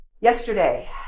yesterday